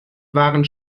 waren